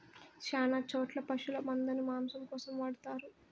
శ్యాన చోట్ల పశుల మందను మాంసం కోసం వాడతారు